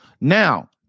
Now